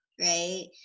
right